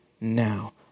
now